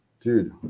dude